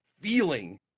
feeling